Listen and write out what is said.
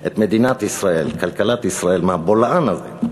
את מדינת ישראל, כלכלת ישראל, מהבולען הזה,